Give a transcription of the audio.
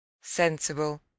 sensible